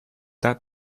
that